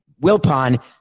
Wilpon